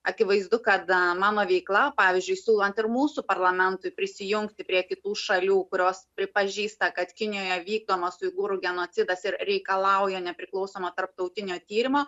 akivaizdu kada mano veikla pavyzdžiui siūlant ir mūsų parlamentui prisijungti prie kitų šalių kurios pripažįsta kad kinijoje vykdomas uigūrų genocidas ir reikalauja nepriklausomo tarptautinio tyrimo